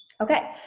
okay,